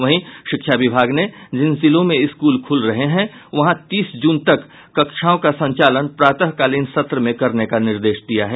वहीं शिक्षा विभाग ने जिन जिलों में स्कूल खुल रहे हैं वहां तीस जून तक कक्षाओं का संचालन प्रातःकालीन सत्र में करने का निर्देश दिया है